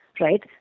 right